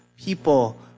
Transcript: people